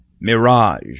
Mirage